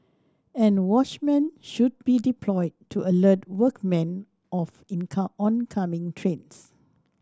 and watchmen should be deployed to alert workmen of income oncoming trains